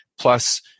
Plus